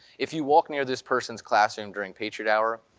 if you walk near this person's classroom during patriot hour,